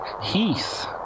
Heath